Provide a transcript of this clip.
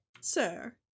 sir